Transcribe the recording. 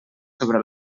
sobre